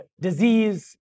disease